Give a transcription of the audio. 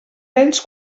vents